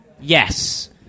Yes